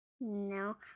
No